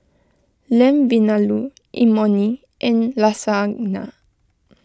Lamb Vindaloo Imoni and Lasagna